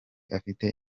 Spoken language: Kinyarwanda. afite